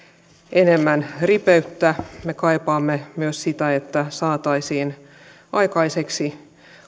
enemmän ripeyttä me kaipaamme myös sitä että saataisiin aikaiseksi